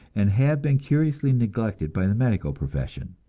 and have been curiously neglected by the medical profession.